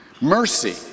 Mercy